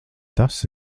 tas